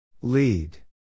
Lead